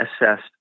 assessed